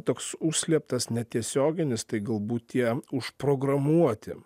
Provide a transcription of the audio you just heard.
toks užslėptas netiesioginis tai galbūt tie užprogramuoti